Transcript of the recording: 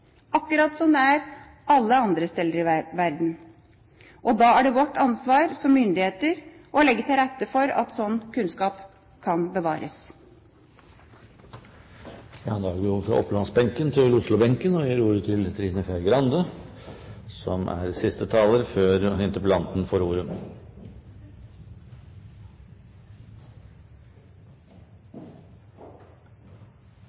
akkurat som det er alle andre steder i verden. Da er det vårt ansvar som myndigheter å legge til rette for at slik kunnskap kan bevares. Da går vi fra Oppland-benken til